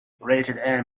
rated